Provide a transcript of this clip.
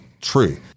true